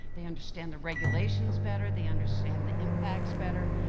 they understand the regulations better, they understand the impact better,